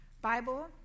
Bible